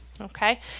Okay